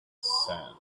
sand